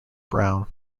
brown